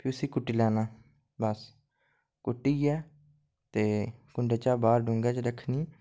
फ्ही उस्सी कुट्टी लैना बस कुट्टियै ते कुंड़ै च बाह्र डूंह्गे च रक्खनी